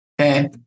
Okay